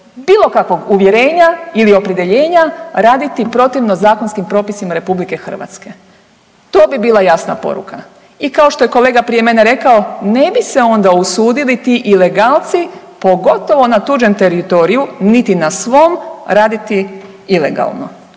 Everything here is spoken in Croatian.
bilo kakvog uvjerenja ili opredjeljenja raditi protivno zakonskim propisima RH. To bi bila jasna poruka. I kao što je kolega prije mene rekao, ne bi se onda usudili ti ilegalci pogotovo na tuđem teritoriju, niti na svom raditi ilegalno,